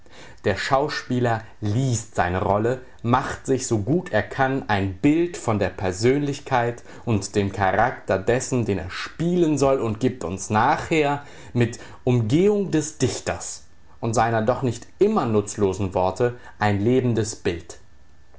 der schauspieler liest seine rolle macht sich so gut er kann ein bild von der persönlichkeit und dem charakter dessen den er spielen soll und gibt uns nachher mit umgehung des dichters und seiner doch nicht immer nutzlosen worte ein lebendes bild